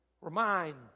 remind